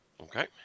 Okay